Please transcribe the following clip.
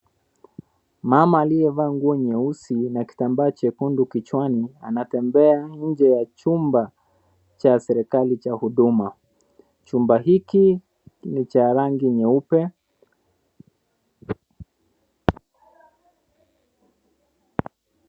Mama aliyevaa nguo nyeusi na kitambaa chekundu kichwani anatembea nje ya chumba cha serikali cha huduma. Chumba hiki ni cha rangi nyeupe.